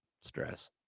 stress